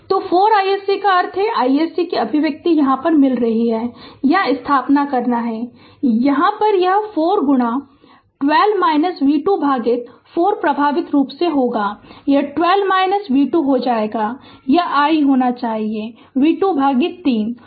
तो 4 iSC का अर्थ है iSC की अभिव्यक्ति यहाँ मिल गई है यहाँ स्थानापन्न करना है यानी यह 4 गुणा 12 v 2 भागित 4 प्रभावी रूप से होगा यह 12 v 2 हो जाएगा और यह i होना चाहिए v 2 भागित 3